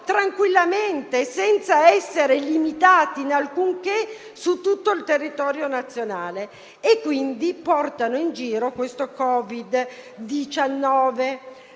tranquillamente, senza essere limitati in alcunché, su tutto il territorio nazionale, portando in giro il Covid-19.